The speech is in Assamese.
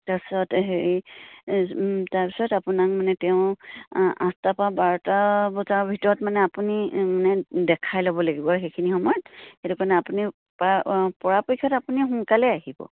তাৰপিছত হেৰি তাৰপিছত আপোনাক মানে তেওঁ আঠটা পৰা বাৰটা বজাৰ ভিতৰত মানে আপুনি মানে দেখাই ল'ব লাগিব সেইখিনি সময়ত সেইটো কাৰণে আপুনি প পৰাপক্ষত আপুনি সোনকালে আহিব